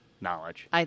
knowledge